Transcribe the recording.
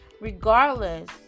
regardless